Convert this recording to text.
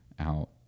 out